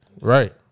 Right